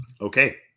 Okay